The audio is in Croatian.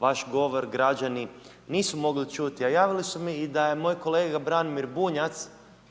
vaš govor građani nisu mogli čuti, a javili su mi i da je moj kolega Branimir Bunjac,